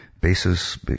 basis